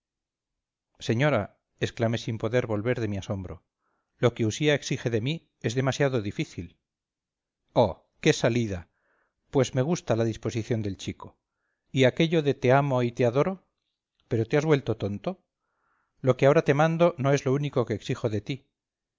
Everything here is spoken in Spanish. concluido señora exclamé sin poder volver de mi asombro lo que usía exige de mí es demasiado difícil oh qué salida pues me gusta la disposición del chico y aquello de te amo y te adoro pero te has vuelto tonto lo que ahora te mando no es lo único que exijo de ti